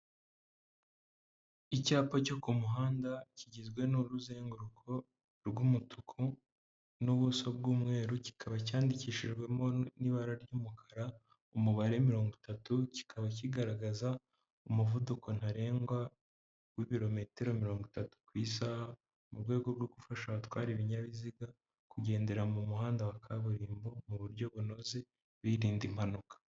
Icyapa cyo ku muhanda kigizwe n'uruzenguruko rw'umutuku n'ubuso bw'umweru kikaba cyandikishijwemo n'ibara ry'umukara umubare mirongo itatu, kikaba kigaragaza umuvuduko ntarengwa w'ibirometero mirongo itatu ku isaha mu rwego rwo gufasha abatwara ibinyabiziga kugendera mu muhanda wa kaburimbo mu buryo bunoze birinda impanuka.